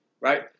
right